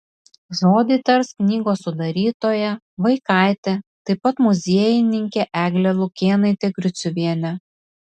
žodį tars knygos sudarytoja vaikaitė taip pat muziejininkė eglė lukėnaitė griciuvienė